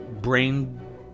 Brain